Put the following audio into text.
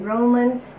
Romans